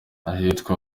ahitwa